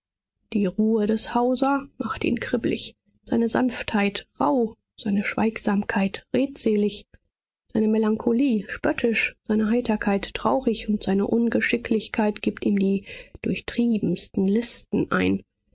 die ruhe des hauser macht ihn kribblig seine sanftheit rauh seine schweigsamkeit redselig seine melancholie spöttisch seine heiterkeit traurig und seine ungeschicklichkeit gibt ihm die durchtriebensten listen ein